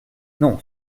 non